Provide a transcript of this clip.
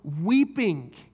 weeping